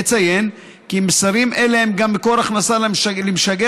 אציין כי מסרים אלה הם גם מקור הכנסה למשגר